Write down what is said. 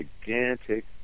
gigantic